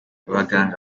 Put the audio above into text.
abaganga